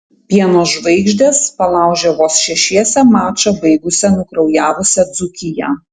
pieno žvaigždės palaužė vos šešiese mačą baigusią nukraujavusią dzūkiją